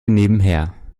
nebenher